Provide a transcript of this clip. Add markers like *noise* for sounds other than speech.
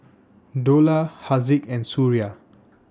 Dollah Haziq and Suria *noise*